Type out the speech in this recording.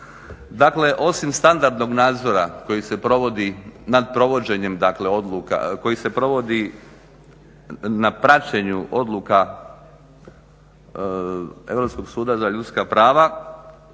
Dakle osim standardnog nadzora koji se provodi na praćenju odluka Europskog suda za ljudska prava,